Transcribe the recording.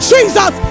Jesus